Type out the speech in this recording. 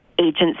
agents